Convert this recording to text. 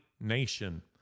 nation